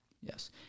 yes